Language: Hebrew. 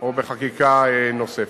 או בחקיקה נוספת.